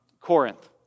Corinth